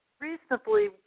reasonably